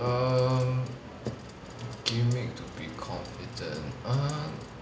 um gimmick to be confident err